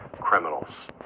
criminals